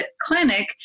clinic